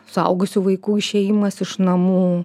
suaugusių vaikų išėjimas iš namų